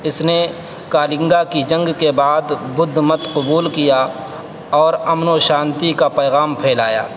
اس نے کالنگا کی جنگ کے بعد بدھ مت قبول کیا اور امن و شانتی کا پیغام پھیلایا